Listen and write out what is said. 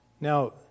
Now